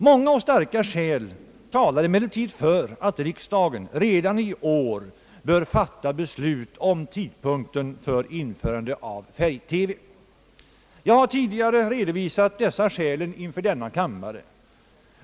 Många och starka skäl talar emellertid för att riksdagen redan i år bör fatta beslut om tidpunkten för införande av färg-TV. Jag har tidigare redovisat dessa skäl inför kammaren.